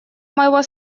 моего